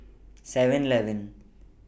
Seven Eleven